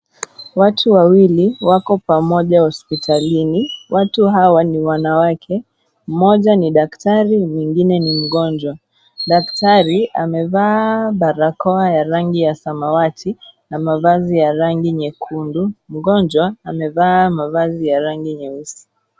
Watu wawili wako pamoja hospitalini, watu hawa ni wanawake, mmoja ni daktari mwingine ni mgonjwa, daktari amevaa barakoa ya rangi ya samawati na mavazi ya rangi nyekundu, mgonjwa amevaa mavazi ya rangi nyeusi.